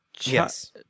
Yes